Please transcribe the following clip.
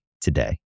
today